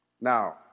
Now